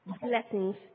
blessings